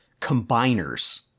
combiners